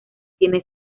tiene